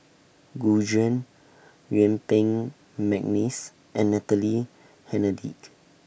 Gu Juan Yuen Peng Mcneice and Natalie Hennedige